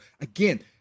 Again